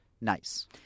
nice